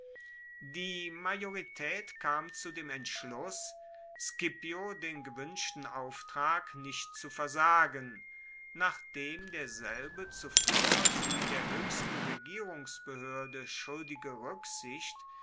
die majoritaet kam zu dem entschluss scipio den gewuenschten auftrag nicht zu versagen nachdem derselbe zuvor die der hoechsten regierungsbehoerde schuldige ruecksicht